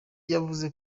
yavuze